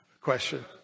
question